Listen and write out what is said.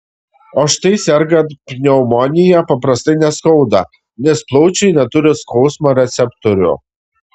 o štai sergant pneumonija paprastai neskauda nes plaučiai neturi skausmo receptorių